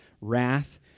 wrath